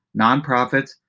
nonprofits